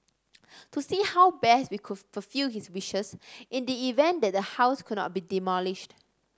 to see how best we could fulfil his wishes in the event that the house could not be demolished